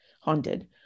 haunted